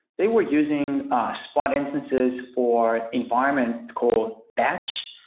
they were using spot instances for environment called batch,